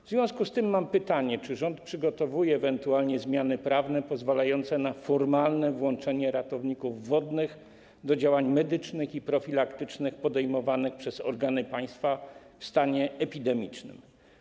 W związku z tym mam pytania: Czy rząd przygotowuje ewentualne zmiany prawne pozwalające na formalne włączenie ratowników wodnych do działań medycznych i profilaktycznych podejmowanych przez organy państwa w stanie epidemicznym?